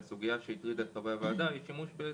אני חושב שהסוגיה שהטרידה את חברי הוועדה היא שימוש במזכירות,